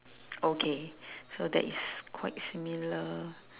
okay so that is quite similar